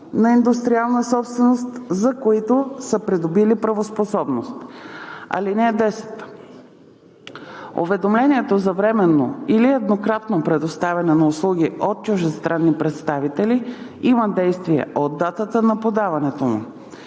на индустриална собственост, за които са придобили правоспособност. (10) Уведомлението за временно или еднократно предоставяне на услуги от чуждестранни представители има действие от датата на подаването му.